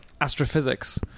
astrophysics